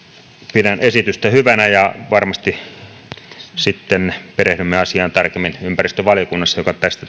pidän esitystä hyvänä ja varmasti perehdymme asiaan tarkemmin ympäristövaliokunnassa joka tästä